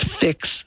fix